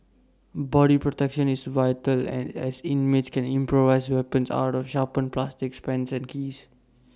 body protection is vital as inmates can improvise weapons out of sharpened plastics pens and keys